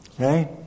Okay